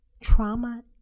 Trauma